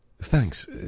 Thanks